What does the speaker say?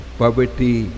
poverty